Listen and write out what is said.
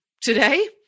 today